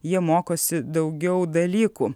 jie mokosi daugiau dalykų